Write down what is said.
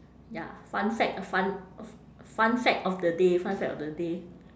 ya fun fact fun of fun fact of the day fun fact of the day